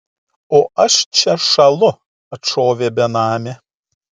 o aš čia šąlu atšovė benamė